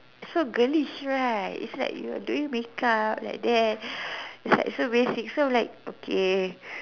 so girlish right it's like you are doing makeup like that it's like so basic so I'm like okay